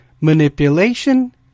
Manipulation